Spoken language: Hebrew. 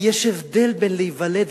כי יש הבדל בין להיוולד,